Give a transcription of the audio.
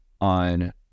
on